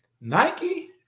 Nike